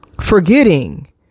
Forgetting